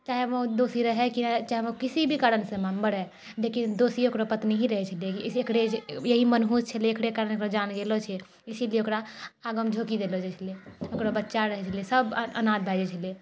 चाहे ओ दोषी रहै कि चाहे ओ किसी भी कारणसँ मरै लेकिन दोषी ओकरा पत्नी ही रहै छलै एकरे इएह मनहूस छलै एकरे कारण ओकर जान गेलो छै इसीलिए ओकरा आगमे झोकि देलो जाइत छलै ओकर बच्चा रहैत छलै सब अनाथ भए जाइत छलै